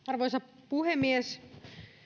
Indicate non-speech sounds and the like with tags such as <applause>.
<unintelligible> arvoisa puhemies